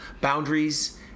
boundaries